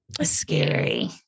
Scary